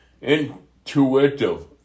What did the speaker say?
intuitive